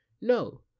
No